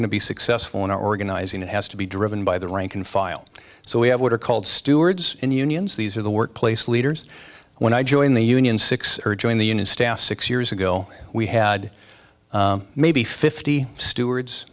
going to be successful in organizing it has to be driven by the rank and file so we have what are called stewards and unions these are the workplace leaders when i joined the union six or join the union staff six years ago we had maybe fifty stewards